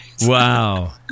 Wow